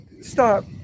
stop